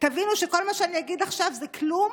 תבינו שכל מה שאני אגיד עכשיו זה כלום